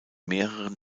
mehreren